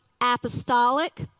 apostolic